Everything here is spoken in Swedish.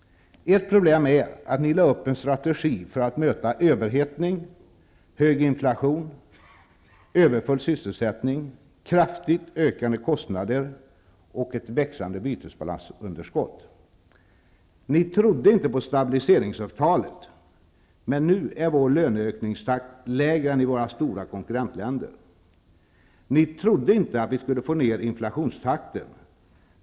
Ert problem är att ni lade upp en strategi för att möta överhettning, hög inflation, överfull sysselsättning, kraftigt ökande kostnader och ett växande bytesbalansunderskott. Ni trodde inte på stabiliseringsavtalet. Men nu är löneökningstakten i Sverige lägre än i våra stora konkurrentländer. Ni trodde inte att vi skulle få ner inflationstakten.